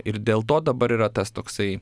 ir dėl to dabar yra tas toksai